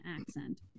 accent